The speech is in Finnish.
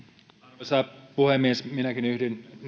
arvoisa puhemies minäkin yhdyn